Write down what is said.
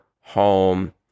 home